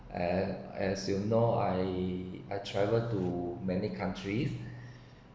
and as you know I I travel to many countries